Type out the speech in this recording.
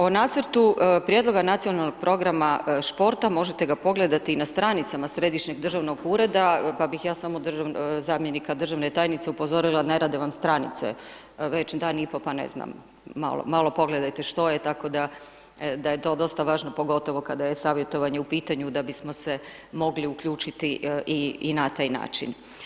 O nacrtu prijedlogu nacionalnog programa športa, možete ga pogledati i na stranicama središnjeg državnog ureda, pa bi ja samo zamjenika državne tajnice upozorila ne rade vam stranice već dan i pol, pa ne znam, malo pogledajte što je, tako da, da je to dosta važno, kada je savjetovanje u pitanju da bismo se mogli uključiti i na taj način.